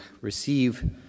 receive